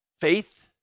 faith